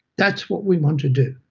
that's what we want to do,